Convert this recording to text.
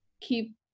keep